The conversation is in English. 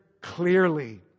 clearly